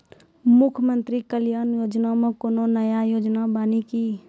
मुख्यमंत्री कल्याण योजना मे कोनो नया योजना बानी की?